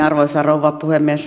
arvoisa rouva puhemies